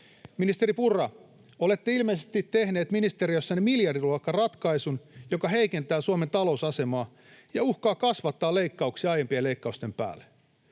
Ministeri Purra, olette ilmeisesti tehneet ministeriössänne miljardiluokan ratkaisun, joka heikentää Suomen talousasemaa ja uhkaa kasvattaa leikkauksia aiempien leikkausten päälle.